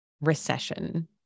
recession